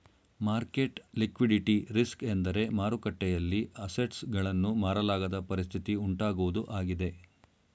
market liquidity risk ಎಂದರೆ ಮಾರುಕಟ್ಟೆಯಲ್ಲಿ assets ಗಳನ್ನು ಮಾರಲಾಗದ ಪರಿಸ್ಥಿತಿ ಉಂಟಾಗುವುದು ಆಗಿದೆ